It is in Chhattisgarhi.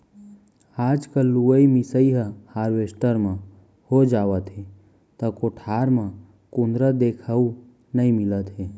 आजकल लुवई मिसाई ह हारवेस्टर म हो जावथे त कोठार म कुंदरा देखउ नइ मिलत हे